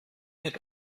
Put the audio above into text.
mit